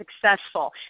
successful